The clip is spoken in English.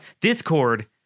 discord